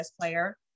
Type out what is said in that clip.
player